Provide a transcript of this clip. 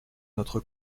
notre